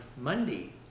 Monday